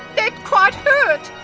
that quite hurt!